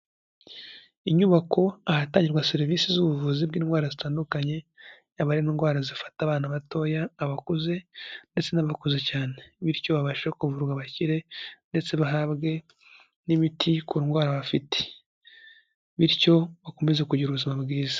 Inyubako ahatangirwa serivisi z'ubuvuzi bw'indwara zitandukanye, yaba ari indwara zifata abana batoya, abakuze ndetse n'abakuze cyane, bityo babashe kuvurwa bakire ndetse bahabwe n'imiti ku ndwara bafite, bityo bakomeze kugira ubuzima bwiza.